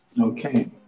Okay